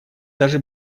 даже